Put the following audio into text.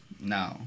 no